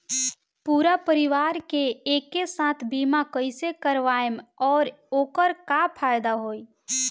पूरा परिवार के एके साथे बीमा कईसे करवाएम और ओकर का फायदा होई?